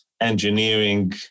engineering